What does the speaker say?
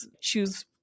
choose